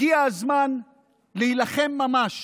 הגיע הזמן להילחם ממש